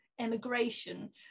Immigration